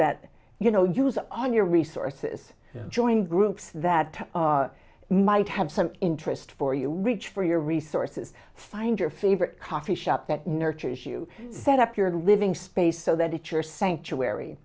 that you know use on your resources join groups that might have some interest for you reach for your resources find your favorite coffee shop that nurtures you set up your living space so that your sanctuary